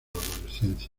adolescencia